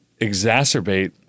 exacerbate